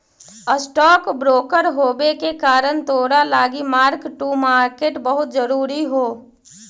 stock broker होबे के कारण तोरा लागी मार्क टू मार्केट बहुत जरूरी हो